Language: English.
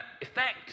effect